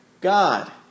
God